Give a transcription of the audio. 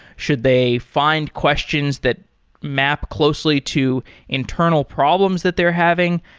should they find questions that map closely to internal problems that they're having?